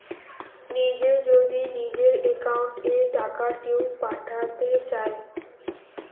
নিজে যদি নিজের একাউন্ট এ টাকা কেও পাঠাতে চায়